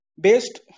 based